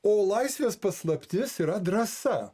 o laisvės paslaptis yra drąsa